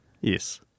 Yes